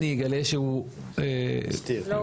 אני אגלה שהוא הסתיר את זה,